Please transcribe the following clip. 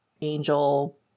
angel